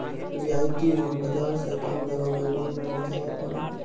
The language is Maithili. रियायती ऋण बाजार से कम दरो मे ऋण मिली जावै पारै